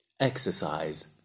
Exercise